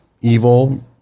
Evil